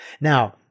Now